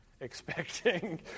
expecting